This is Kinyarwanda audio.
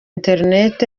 internet